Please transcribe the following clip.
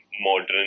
modern